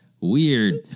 Weird